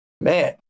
man